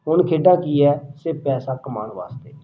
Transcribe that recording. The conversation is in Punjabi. ਹੁਣ ਖੇਡਾਂ ਕੀ ਹੈ ਸਿਰਫ ਪੈਸਾ ਕਮਾਉਣ ਵਾਸਤੇ